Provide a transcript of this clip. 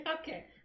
okay